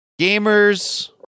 Gamers